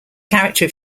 character